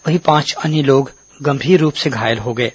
वहीं पांच अन्य लोग गंभीर रूप से घायल हो गए हैं